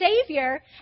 Savior